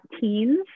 teens